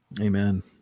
amen